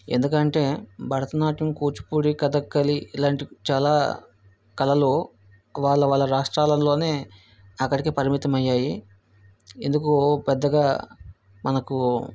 ఎందుకంటే భరతనాట్యం కూచిపూడి కథాకళి ఇలాంటి చాలా కళలు వాళ్ళ వాళ్ళ రాష్ట్రాలలోనే అక్కడికే పరిమితమయ్యాయి ఇందుకు పెద్దగా మనకు